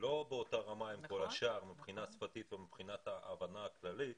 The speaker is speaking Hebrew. לא באותה רמה עם כל השאר מבחינה שפתית או מבחינת ההבנה הכללית,